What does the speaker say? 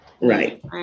Right